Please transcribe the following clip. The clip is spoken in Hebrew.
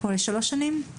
או לשלוש שנים?